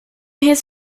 his